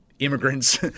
Immigrants